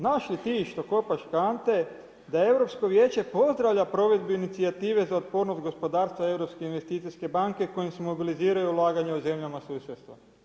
Znaš li ti što kopaš kante da Europsko vijeće pozdravlja provedbu inicijative za otpornost gospodarstva Europske investicijske banke kojim se mobiliziraju ulaganja u zemljama susjedstva?